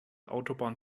autobahn